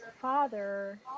father